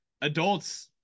adults